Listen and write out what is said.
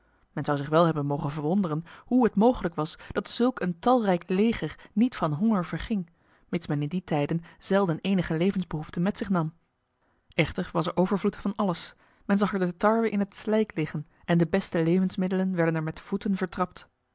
men zou zich wel hebben mogen verwonderen hoe het mogelijk was dat zulk een talrijk leger niet van honger verging mits men in die tijden zelden enige levensbehoeften met zich nam echter was er overvloed van alles men zag er de tarwe in het slijk liggen en de beste levensmiddelen werden er met voeten